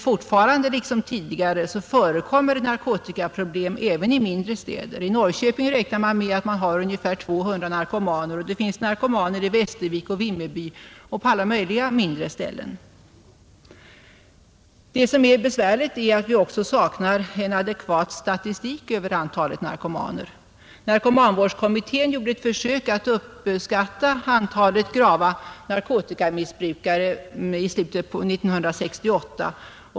Fortfarande, liksom tidigare, förekommer narkotikaproblem även i mindre städer. I Norrköping räknar man med att man har ungefär 200 narkomaner, och det finns narkomaner i Västervik och Vimmerby och på alla möjliga mindre ställen. Det är besvärligt att vi också saknar en adekvat statistik över antalet narkomaner. Narkomanvårdskommittén gjorde ett försök att uppskatta antalet grava narkotikamissbrukare i slutet av 1968.